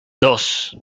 dos